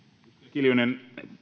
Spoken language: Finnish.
kiljunen